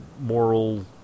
moral